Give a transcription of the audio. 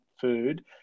food